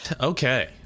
Okay